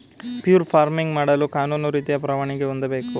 fur farming ಮಾಡಲು ಕಾನೂನು ರೀತಿಯ ಪರವಾನಿಗೆ ಹೊಂದಿರಬೇಕು